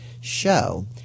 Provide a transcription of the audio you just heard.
show